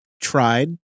tried